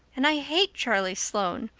and i hate charlie sloane,